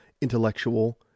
intellectual